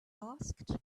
asked